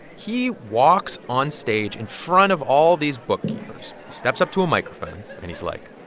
he walks onstage in front of all these bookkeepers, steps up to a microphone. and he's like.